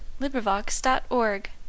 LibriVox.org